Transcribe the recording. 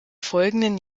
folgenden